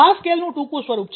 આ સ્કેલનું ટૂંકું સ્વરૂપ છે